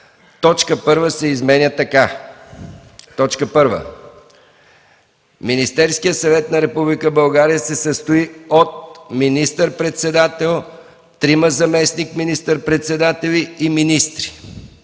точка първа се изменя така: „1. Министерският съвет на Република България се състои от министър-председател, трима заместник министър-председатели и министри.